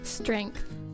strength